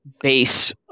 base